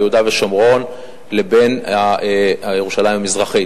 ביהודה ושומרון לבין ירושלים המזרחית.